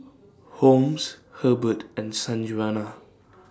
Holmes Herbert and Sanjuana